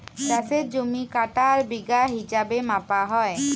চাষের জমি কাঠা আর বিঘা হিছাবে মাপা হ্যয়